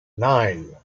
nine